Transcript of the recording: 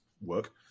work